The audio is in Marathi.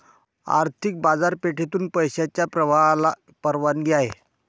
आर्थिक बाजारपेठेतून पैशाच्या प्रवाहाला परवानगी आहे